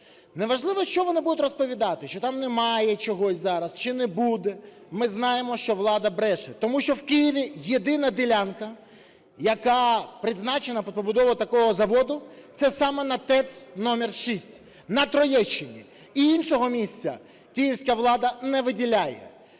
Не важливо, що вони будуть розповідати, що там немає чогось зараз, чи не буде – ми знаємо, що влада бреше. Тому що в Києві єдина ділянка, яка призначена під побудову такого заводу, це саме на ТЕЦ № 6 на Троєщині. Іншого місця київська влада не виділяє.